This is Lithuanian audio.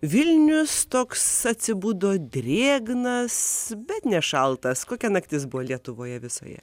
vilnius toks atsibudo drėgnas bet ne šaltas kokia naktis buvo lietuvoje visoje